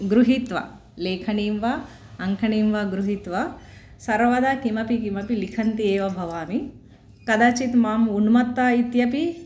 गृहीत्वा लेखनीं वा अङ्कनीं वा गृहीत्वा सर्वदा किमपि किमपि लिखन्ति एव भवामि कदाचित् माम् उन्मत्ता इत्यपि